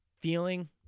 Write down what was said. feeling